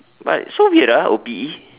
but so weird ah O P_E